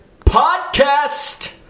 podcast